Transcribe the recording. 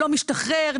לא משתחרר,